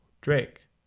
Drake